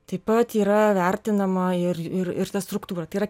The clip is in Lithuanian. taip pat yra vertinama ir ir ir ta struktūra tai yra